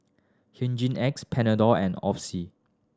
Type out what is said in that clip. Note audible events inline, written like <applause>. Hygin X Panadol and <unintelligible>